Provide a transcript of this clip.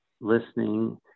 listening